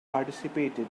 participated